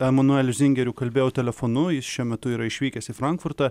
emanueliu zingeriu kalbėjau telefonu jis šiuo metu yra išvykęs į frankfurtą